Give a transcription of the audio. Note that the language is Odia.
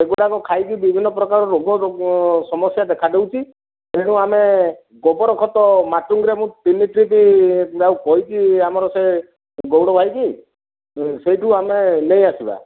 ସେ ଗୁଡ଼ାକ ଖାଇକି ବିଭିନ୍ନ ପ୍ରକାର ରୋଗ ସମସ୍ୟା ଦେଖାଦଉଚି ତେଣୁ ଆମେ ଗୋବର ଖତ ମାଟୁଙ୍ଗି ରେ ମୁଁ ତିନି ଟ୍ରିପ ତାକୁ କହିଛି ଆମର ସେ ଗଉଡ଼ ଭାଇ କି ସେଇଠୁ ଆମେ ନେଇ ଆସିବା